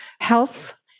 health